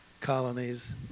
colonies